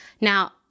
Now